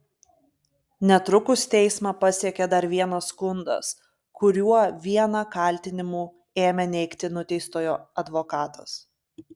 netrukus teismą pasiekė dar vienas skundas kuriuo vieną kaltinimų ėmė neigti nuteistojo advokatas